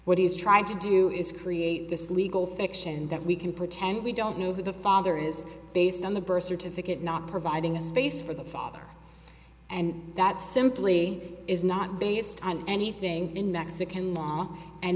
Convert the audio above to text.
what he's trying to do is create this legal fiction that we can pretend we don't know who the father is based on the birth certificate not providing a space for the father and that simply is not based on anything in mexican law and